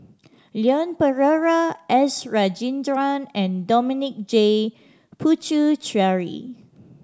Leon Perera S Rajendran and Dominic J Puthucheary